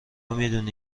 میدونی